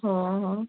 हो हो